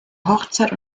hochzeit